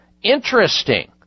interesting